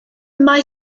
mae